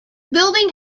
building